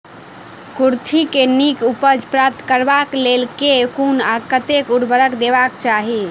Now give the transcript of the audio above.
कुर्थी केँ नीक उपज प्राप्त करबाक लेल केँ कुन आ कतेक उर्वरक देबाक चाहि?